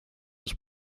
was